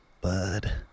bud